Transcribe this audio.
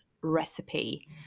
recipe